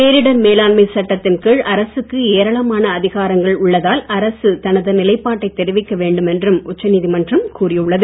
பேரிடர் மேலாண்மை சட்டத்தின் கீழ் அரசுக்கு ஏராளமான அதிகாரங்கள் உள்ளதால் அரசு தனது நிலைப்பாட்டை தெரிவிக்க வேண்டும் என்று உச்சநீதிமன்றம் கூறியுள்ளது